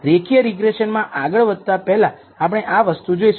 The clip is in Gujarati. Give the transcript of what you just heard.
રેખીય રીગ્રેસન માં આગળ વધતા પહેલા આપણે આ વસ્તુ જોઈશું